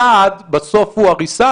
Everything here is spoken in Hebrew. הסעד בסוף הוא הריסה?